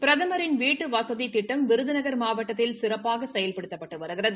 பிரதமின் வீட்டுவசதி திட்டம் விருதுநகர் மாவட்டத்தில் சிறப்பாக செயல்படுத்தப்பட்டு வருகிறது